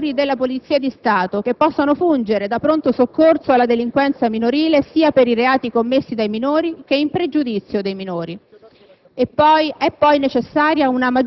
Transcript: il potenziamento degli uffici minori della Polizia di Stato, che possano fungere da pronto soccorso alla delinquenza minorile sia per i reati commessi dai minori, che in pregiudizio dei minori.